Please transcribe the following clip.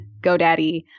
GoDaddy